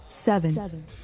Seven